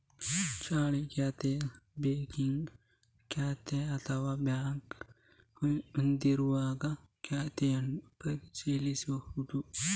ಚಾಲ್ತಿ ಖಾತೆ, ಚೆಕ್ಕಿಂಗ್ ಖಾತೆ ಅಥವಾ ಬ್ಯಾಂಕ್ ಹೊಂದಿರುವಾಗ ಖಾತೆಯನ್ನು ಪರಿಶೀಲಿಸುವುದು